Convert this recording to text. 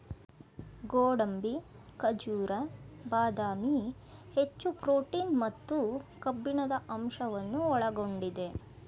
ಗೋಡಂಬಿ, ಖಜೂರ, ಬಾದಾಮಿ, ಹೆಚ್ಚು ಪ್ರೋಟೀನ್ ಮತ್ತು ಕಬ್ಬಿಣದ ಅಂಶವನ್ನು ಒಳಗೊಂಡಿದೆ